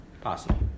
possible